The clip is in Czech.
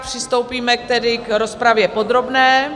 Přistoupíme tedy k rozpravě podrobné.